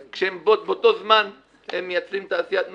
כשבאותו זמן הם מייצרים תעשיית מוות.